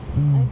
mm